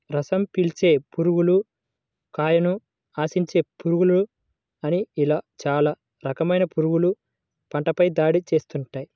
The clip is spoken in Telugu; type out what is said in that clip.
రసం పీల్చే పురుగులు, కాయను ఆశించే పురుగులు అని ఇలా చాలా రకాలైన పురుగులు పంటపై దాడి చేస్తుంటాయి